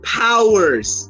powers